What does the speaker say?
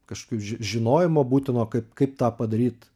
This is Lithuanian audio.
kažkokių ži žinojimo būtino kaip kaip tą padaryt